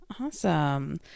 Awesome